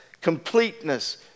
completeness